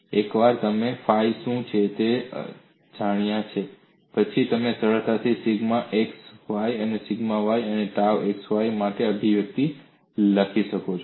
અને એકવાર તમે phi શું છે તે જાણ્યા પછી તમે સરળતાથી સિગ્મા x સિગ્મા Y અને ટાઉ xy માટે અભિવ્યક્તિ લખી શકો છો